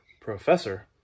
professor